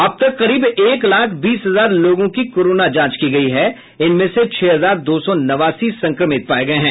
अब तक करीब एक लाख बीस हजार लोगों की कोरोना जांच की गयी है जिनमें से छह हजार दो सौ नवासी संक्रमित पाये गये हैं